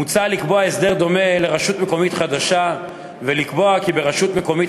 מוצע לקבוע הסדר דומה לרשות מקומית חדשה ולקבוע כי ברשות מקומית